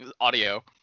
audio